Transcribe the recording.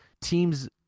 teams